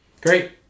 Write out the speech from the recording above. Great